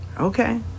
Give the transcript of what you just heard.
okay